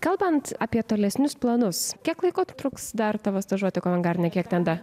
kalbant apie tolesnius planus kiek laiko truks dar tavo stažuotė kovendardene kiek ten da